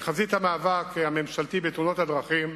בחזית המאבק הממשלתי בתאונות הדרכים,